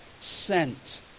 sent